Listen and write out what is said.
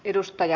kiitos